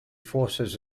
forces